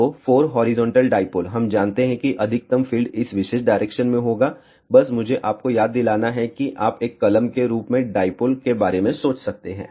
तो 4 horizontal dipole हम जानते हैं कि अधिकतम फील्ड इस विशेष डायरेक्शन में होगा बस मुझे आप को याद दिलाना है कि आप एक कलम के रूप में डाईपोल के बारे में सोच सकते हैं